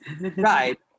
Right